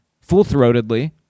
full-throatedly